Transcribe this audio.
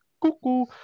cuckoo